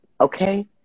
okay